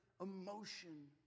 emotion